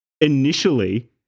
initially